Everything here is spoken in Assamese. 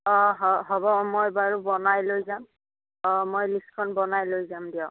অঁ হ'ব মই বাৰু বনাই লৈ যাম অঁ মই লিষ্টখন বনাই লৈ যাম দিয়ক